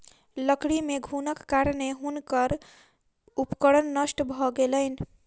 लकड़ी मे घुनक कारणेँ हुनकर उपकरण नष्ट भ गेलैन